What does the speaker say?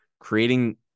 Creating